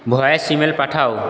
voice email Pathao